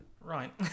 Right